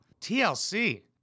TLC